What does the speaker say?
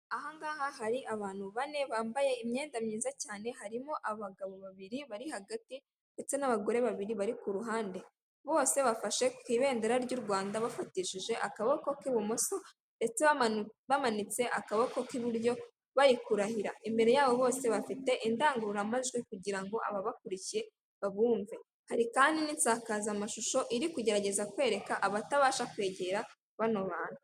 Aha ngaha hari abantu bane bambaye imyenda myiza cyane harimo abagabo babiri bari hagati, ndetse n'abagore babiri bari ku ruhande, bose bafashe ku ibendera ry'u Rwanda bafatishije akaboko k'ibumoso, ndetse bamanitse akaboko k'iburyo bari kurahira imbere yabo bose bafite indangururamajwi kugira ngo ababakurikiye babumve hari kandi n'insakazamashusho iri kugerageza kwereka abatabasha kwegera bano bantu.